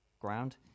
ground